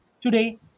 today